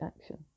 action